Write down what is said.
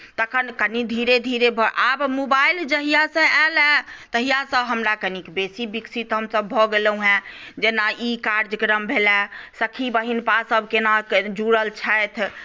तखन कनी धीरे धीरे आब मोबाइल जहियासँ आयलए तहियासँ हमरा कनिक बेसी विकसित हमसभ भऽ गेलहुँ हेँ जेना ई कार्यक्रम भेलए सखी बहिनपासभ केना कऽ जुड़ल छथि